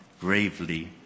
gravely